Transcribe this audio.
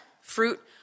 fruit